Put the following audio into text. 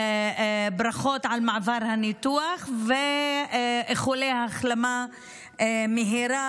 כול ברכות על מעבר הניתוח ואיחולי החלמה מהירה,